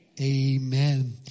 Amen